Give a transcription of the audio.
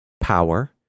power